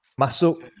masuk